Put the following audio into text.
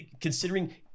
considering